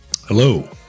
Hello